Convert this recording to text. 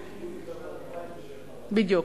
בדוח "מקינזי" משנת 2007. בדיוק,